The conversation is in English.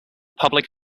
public